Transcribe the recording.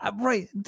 right